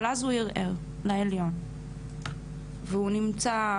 אבל אז הוא ערער לעליון והוא נמצא,